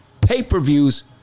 pay-per-views